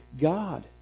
God